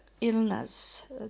illness